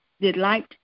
delight